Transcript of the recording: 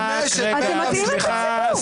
אתם מטעים את הציבור.